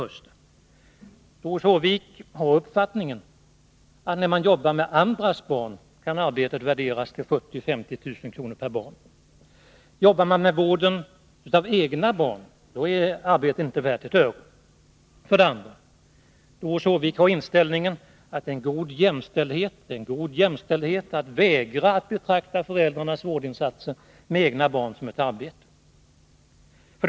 Doris Håvik har den uppfattningen att när man jobbar med andras barn kan arbetet värderas till 40 000-50 000 kr. per barn. Jobbar man med vården av egna barn, är arbetet inte värt ett öre. 2. Doris Håvik har inställningen att det är god jämställdhet att vägra att betrakta föräldrarnas vårdinsatser med egna barn som ett arbete. 3.